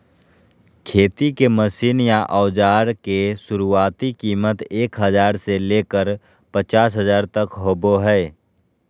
खेती के मशीन या औजार के शुरुआती कीमत एक हजार से लेकर पचास हजार तक होबो हय